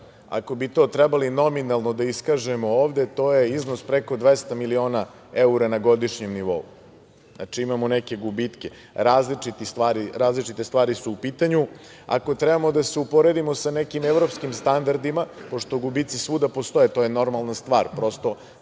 Ako bi to trebalo nominalno da iskažemo ovde, to je iznos preko 200 miliona evra na godišnjem nivou. Znači, imamo neke gubitke, različite stvari su u pitanju. Ako treba da se uporedimo sa nekim evropskim standardima, pošto gubici svuda postoje, to je normalna stvar, prosto,